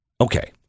Okay